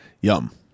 Yum